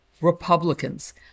Republicans